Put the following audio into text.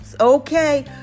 Okay